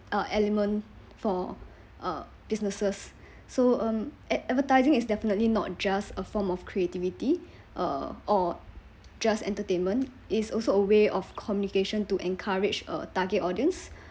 uh element for uh businesses so um ad~ advertising is definitely not just a form of creativity uh or just entertainment its also a way of communication to encourage uh target audience